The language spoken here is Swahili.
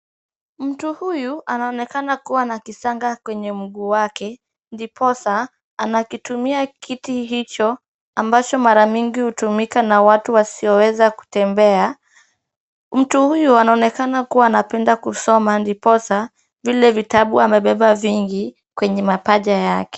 Mtu huyu anaonekana kuwa na kisanga kwenye mguu wake ndiposa anakitumia kiti hicho ambacho mara mingi hutumika na watu wasioweza kutembea. Mtu huyu anaonekana kuwa anapenda kusoma ndiposa vile vitabu amebeba vingi kwenye mapaja yake.